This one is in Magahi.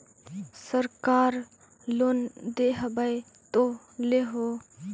सरकार लोन दे हबै तो ले हो?